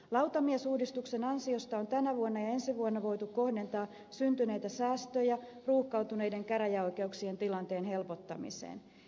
lautamiesuudistuksen ansiosta on tänä vuonna ja ensi vuonna voitu kohdentaa syntyneitä säästöjä ruuhkautuneiden käräjäoikeuksien tilanteen helpottamiseen